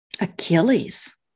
Achilles